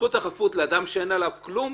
זכות החפות היא לאדם שאין עליו כלום,